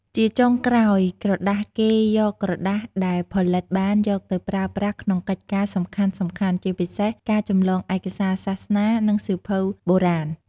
ជាចុងក្រោយក្រដាសគេយកក្រដាសដែលផលិតបានយកទៅប្រើប្រាស់ក្នុងកិច្ចការសំខាន់ៗ ជាពិសេសការចម្លងឯកសារសាសនា និងសៀវភៅបុរាណ។